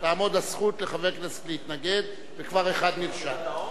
תעמוד הזכות לחבר כנסת להתנגד וכבר אחד נרשם.